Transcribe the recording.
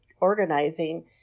organizing